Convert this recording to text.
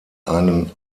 einen